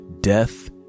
death